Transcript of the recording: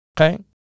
Okay